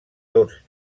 tots